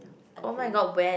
oh-my-god when